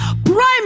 Prime